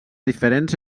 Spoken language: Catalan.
diferents